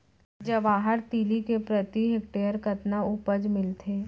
जवाहर तिलि के प्रति हेक्टेयर कतना उपज मिलथे?